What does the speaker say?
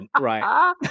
Right